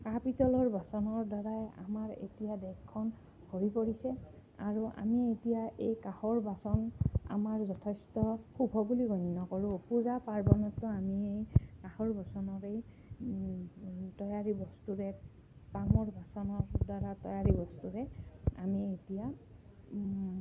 কাঁহ পিতলৰ বাচনৰ দ্বাৰাই আমাৰ এতিয়া দেশখন ভৰি পৰিছে আৰু আমি এতিয়া এই কাঁহৰ বাচন আমাৰ যথেষ্ট শুভ বুলি গণ্য কৰোঁ পূজা পাৰ্বণতো আমি এই কাঁহৰ বাচনৰে এই তৈয়াৰী বস্তুৰে কাঁহৰ বাচনৰ দ্বাৰা তৈয়াৰী বস্তুৰে আমি এতিয়া